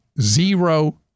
zero